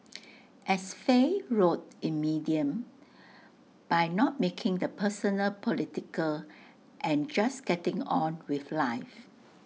as Faye wrote in medium by not making the personal political and just getting on with life